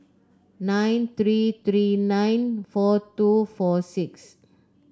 nine three three nine four two four six